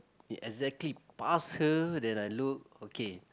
exactly pass her then I look okay